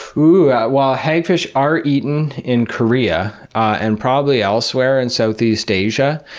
ooh, well hagfish are eaten in korea and probably elsewhere and southeast asia.